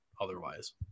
otherwise